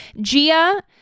Gia